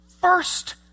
first